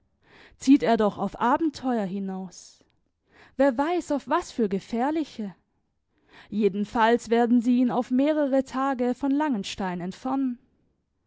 zieht er doch auf abenteuer hinaus wer weiß auf was für gefährliche jedenfalls werden sie ihn auf mehrere tage von langenstein entfernen